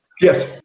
Yes